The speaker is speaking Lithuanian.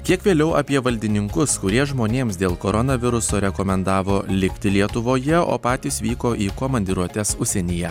kiek vėliau apie valdininkus kurie žmonėms dėl koronaviruso rekomendavo likti lietuvoje o patys vyko į komandiruotes užsienyje